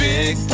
Big